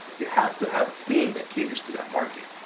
you have to have a theme that caters to that market.